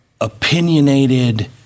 opinionated